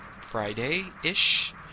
Friday-ish